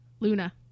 Luna